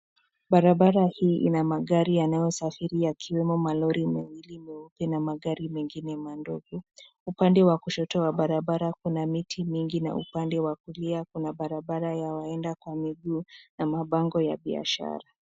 Barabara hii ina magari yanayosafiri yakiwemo malori mawili meupe na magari mengine madogo. Upande wa kushoto wa barabara kuna miti mingi na upande wa kulia kuna barabara ya wanaoenda kwa miguu na mabango ya biashara.